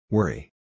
Worry